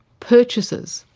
purchases,